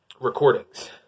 recordings